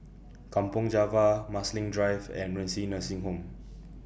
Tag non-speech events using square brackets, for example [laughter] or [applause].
Kampong Java Marsiling Drive and Renci Nursing Home [noise]